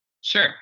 Sure